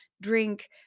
drink